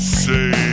say